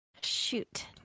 Shoot